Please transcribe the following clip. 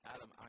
Adam